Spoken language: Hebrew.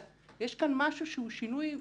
יש כאן משהו שהוא שינוי מהותי.